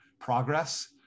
progress